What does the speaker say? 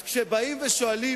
אז כשבאים ושואלים,